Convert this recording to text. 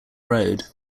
road